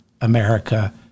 America